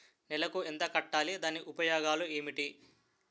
నెలకు ఎంత కట్టాలి? దాని ఉపయోగాలు ఏమిటి?